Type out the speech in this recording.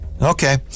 Okay